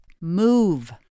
Move